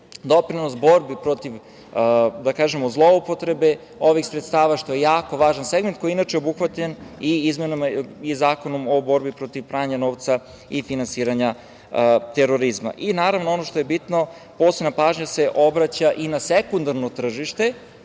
doprinos borbi protiv zloupotrebe ovih sredstava, što je jako važan segment, koji je inače obuhvaćen i Zakonom o borbi protiv pranja novca i finansiranja terorizma. Naravno, ono što je bitno, posebna pažnja se obraća i na sekundarno tržište